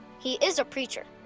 he is a preacher.